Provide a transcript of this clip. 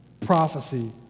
prophecy